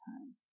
time